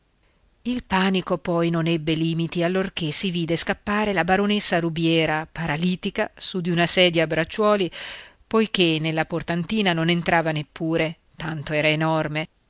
il panico poi non ebbe limiti allorché si vide scappare la baronessa rubiera paralitica su di una sedia a bracciuoli poiché nella portantina non entrava neppure tanto era enorme